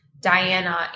diana